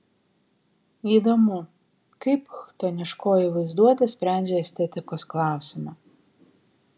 įdomu kaip chtoniškoji vaizduotė sprendžia estetikos klausimą